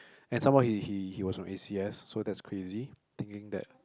and some more he he he was from A_C_S so that's crazy thinking that